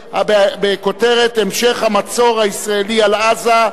בכותרת: המשך המצור הישראלי על עזה.